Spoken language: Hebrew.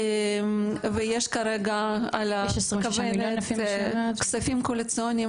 ויש כרגע על הכוונת כספים קואליציוניים